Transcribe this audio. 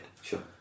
Sure